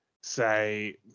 say